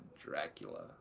Dracula